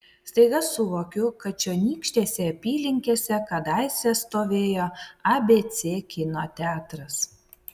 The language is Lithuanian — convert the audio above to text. staiga suvokiu kad čionykštėse apylinkėse kadaise stovėjo abc kino teatras